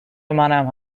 منم